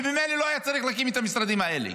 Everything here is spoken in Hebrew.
וממילא לא היה צריך להקים את המשרדים האלה.